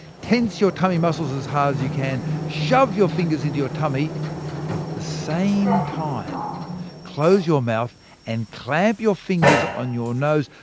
tense your tummy muscles as hard as you can, shove your fingers into your tummy but the same time close your mouth and clamp your fingers on your nose,